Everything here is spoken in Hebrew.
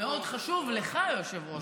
מאוד חשוב לך, היושב-ראש.